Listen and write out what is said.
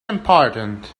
important